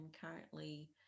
currently